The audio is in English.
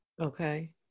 Okay